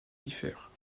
diffère